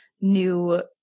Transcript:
new